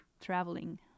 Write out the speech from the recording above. traveling